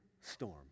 storm